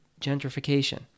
gentrification